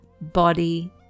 body